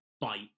bite